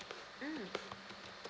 mm